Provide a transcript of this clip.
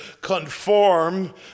conform